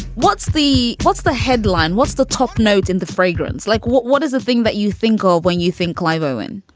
what's the what's the headline? what's the top note in the fragrance? like, what what is the thing that you think of when you think clive owen